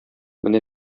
менә